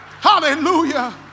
Hallelujah